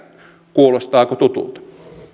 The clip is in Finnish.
kuulostaako tutulta